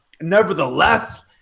nevertheless